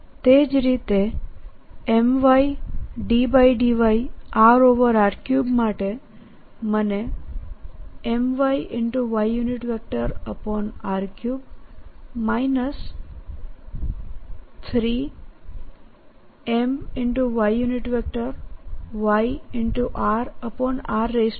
તે જ રીતે my∂y માટે મનેmy yr3 3 m